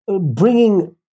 bringing